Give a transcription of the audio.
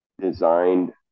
designed